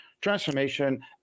transformation